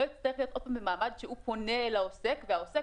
לא יצטרך להיות עוד פעם במעמד שהוא פונה לעוסק והעוסק